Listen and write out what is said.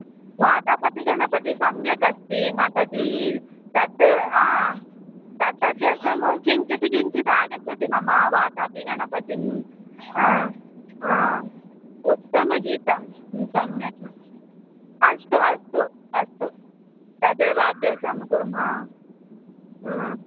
वातापति गणपति सम्यक् अस्ति माताजि तत् आ तत् अभ्यासं किञ्चित् किञ्चित् आगच्छति मम वातापि गणपतिम् आ आ उत्तमगीतं सम्यक् अस्तु अस्तु अस्तु तदेव अभ्यासं कुर्मः आ